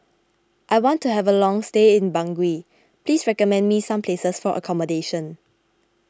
I want to have a long stay in Bangui please recommend me some places for accommodation